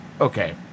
okay